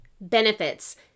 Benefits